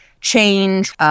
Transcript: Change